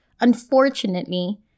unfortunately